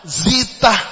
zita